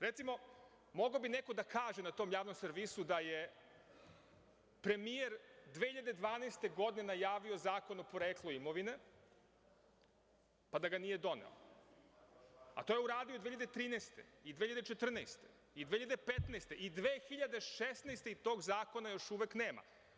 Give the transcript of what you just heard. Recimo, mogao bi neko da kaže na tom javnom servisu da je premijer 2012. godine najavio zakon o poreklu imovine, pa da ga nije doneo, a to je uradio 2013, i 2014, i 2015, i 2016. godine i tog zakona još uvek nema.